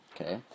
Okay